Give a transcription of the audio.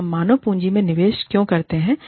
तो हम मानव पूँजी में निवेश क्यों करते हैं